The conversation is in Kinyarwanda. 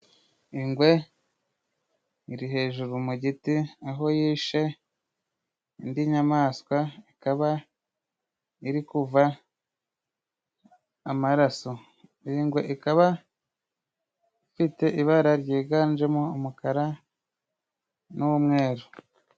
Ingwe iri hejuru mu giti, aho yishe indi nyamaswa, ikaba iri kuva amaraso. Iyi ngwe ikaba ifite ibara ryiganje mo umukara n'umweru.